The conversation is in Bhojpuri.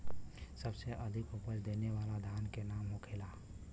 सबसे अधिक उपज देवे वाला धान के का नाम होखे ला?